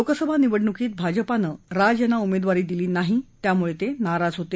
लोकसभा निवडणुकीत भाजपानं त्यांना उमेदवारी दिली नाही त्यामुळे ते नाराज होते